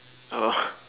oh